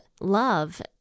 love